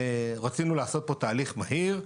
רצינו לעשות פה תהליך מהיר,